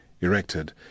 erected